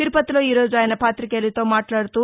తిరుపతిలో ఈరోజు ఆయన పాతికేయులతో మాట్లాదుతూ